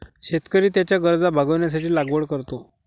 शेतकरी त्याच्या गरजा भागविण्यासाठी लागवड करतो